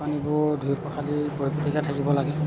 পানীবোৰ ধুই পখালি পৰিপাটীকৈ থাকিব লাগে